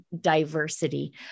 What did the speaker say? diversity